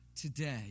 today